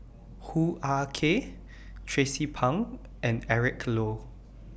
Hoo Ah Kay Tracie Pang and Eric Low